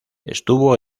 estuvo